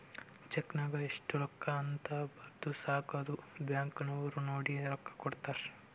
check ನಾಗ್ ಎಸ್ಟ್ ರೊಕ್ಕಾ ಅಂತ್ ಬರ್ದುರ್ ಸಾಕ ಅದು ಬ್ಯಾಂಕ್ ನವ್ರು ನೋಡಿ ರೊಕ್ಕಾ ಕೊಡ್ತಾರ್